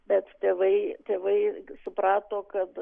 bet tėvai tėvai suprato kad